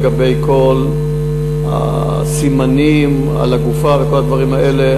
לגבי כל הסימנים על הגופה וכל הדברים האלה,